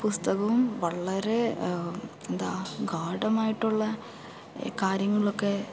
ആ പുസ്തകം വളരെ എന്താ ഗാഢമായിട്ടുള്ള കാര്യങ്ങളൊക്കെ